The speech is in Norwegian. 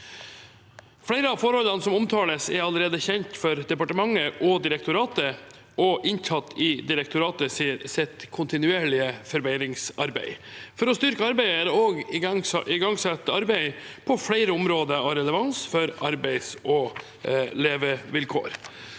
Flere av forholdene som omtales, er allerede kjent for departementet og direktoratet og inntatt i direktoratets kontinuerlige forbedringsarbeid. For å styrke arbeidet er det også igangsatt arbeid på flere områder av relevans for arbeids- og levevilkår.